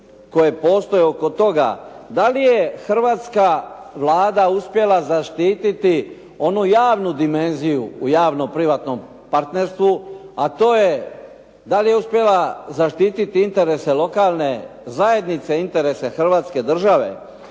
koje postoje oko toga da li je hrvatska Vlada uspjela zaštititi onu javnu dimenziju u javno-privatnom partnerstvu, a to je da li je uspjela zaštiti interese lokalne zajednice i interese Hrvatske države.